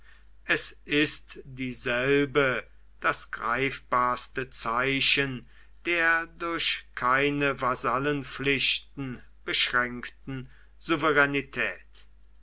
es ist dieselbe das greifbarste zeichen der durch keine vasallenpflichten beschränkten souveränität